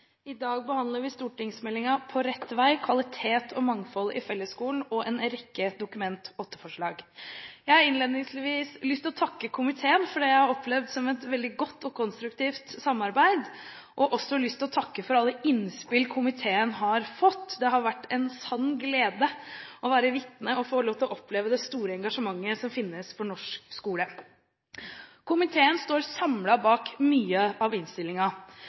I dag behandler vi Meld. St. 20, På rett vei. Kvalitet og mangfold i fellesskolen, og en rekke Dokument 8-forslag. Jeg har innledningsvis lyst til å takke komiteen for det jeg har opplevd som et veldig godt og konstruktivt samarbeid. Jeg har også lyst til å takke for alle innspill komiteen har fått. Det har vært en sann glede å være vitne til og få lov til å oppleve det store engasjementet som finnes for norsk skole. Komiteen står samlet bak mye av